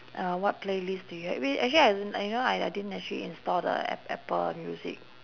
uh what playlist do you have wait actually I don~ you know I didn't actually install the a~ apple music